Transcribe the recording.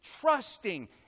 trusting